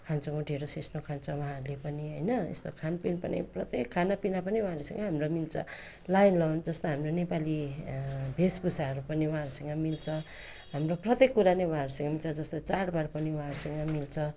खान्छौँ ढेँडो सिस्नो खान्छौँ उहाँहरूले पनि होइन यस्तो खानपिन पनि प्रत्येक खानापिना पनि उहाँहरूसँग हाम्रो मिल्छ लगाइ लुन जस्तो हाम्रो नेपाली वेशभूषाहरू पनि उहाँहरूसँग मिल्छ हाम्रो प्रत्येक कुरा नै उहाँहरूसँग मिल्छ जस्तो चाडबाड पनि उहाँहरूसँग मिल्छ